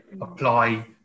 apply